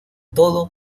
todo